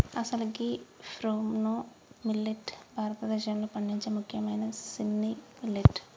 అసలు గీ ప్రోనో మిల్లేట్ భారతదేశంలో పండించే ముఖ్యమైన సిన్న మిల్లెట్